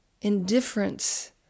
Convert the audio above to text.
indifference